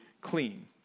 clean